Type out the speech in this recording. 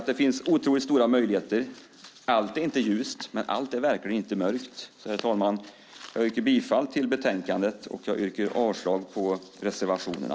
Det finns otroligt stora möjligheter, vill jag säga. Allt är förvisso inte ljust, men allt är verkligen inte mörkt. Herr talman! Jag yrkar bifall till utskottets förslag i betänkandet och avslag på reservationerna.